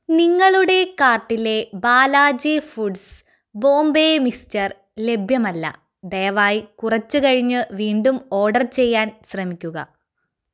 നിങ്ങളുടെ കാർട്ടിലെ Balaji foods Bombay mixture ലഭ്യമല്ല ദയവായി കുറച്ചു കഴിഞ്ഞു വീണ്ടും ഓഡർ ചെയ്യാൻ ശ്രമിക്കുക